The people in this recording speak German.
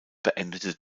beendete